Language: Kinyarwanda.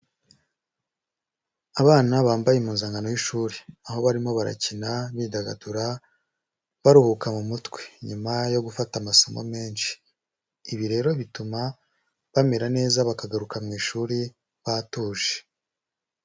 Abana bambaye impuzankano y'ishuri, aho barimo barakina bidagadura baruhuka mu mutwe, nyuma yo gufata amasomo menshi. Ibi rero bituma bamera neza bakagaruka mu ishuri batuje.